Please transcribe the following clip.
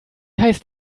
heißt